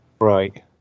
Right